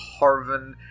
Harvin